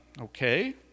Okay